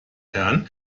herren